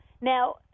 Now